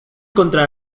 contra